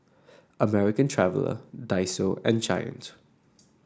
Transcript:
American Traveller Daiso and Giant